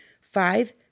five